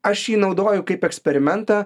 aš jį naudoju kaip eksperimentą